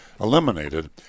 eliminated